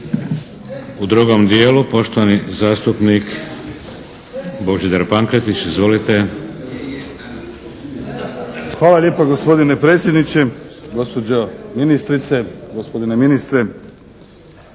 U drugom dijelu, poštovani zastupnik Božidar Pankretić. Izvolite. **Pankretić, Božidar (HSS)** Hvala lijepa gospodine predsjedniče. Gospođo ministrice, gospodine ministre,